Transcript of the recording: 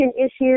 issues